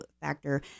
factor